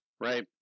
Right